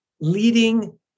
leading